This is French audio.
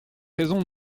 raison